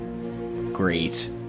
great